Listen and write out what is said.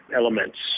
elements